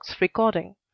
recording